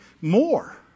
more